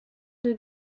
deux